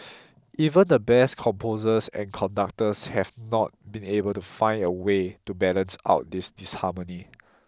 even the best composers and conductors have not been able to find a way to balance out this disharmony